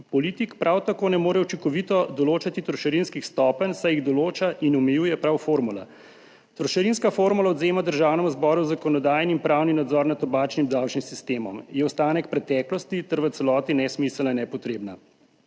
politik, prav tako ne more učinkovito določati trošarinskih stopenj, saj jih določa in omejuje prav formula. Trošarinska formula odvzema Državnemu zboru zakonodajni in pravni nadzor nad tobačnim davčnim sistemom, je ostanek preteklosti ter v celoti nesmiselna, nepotrebna.